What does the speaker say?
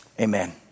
Amen